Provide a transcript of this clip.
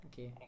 Okay